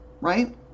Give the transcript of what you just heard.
right